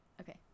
Okay